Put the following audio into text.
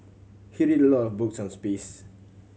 he read a lot of books on space